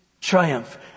triumph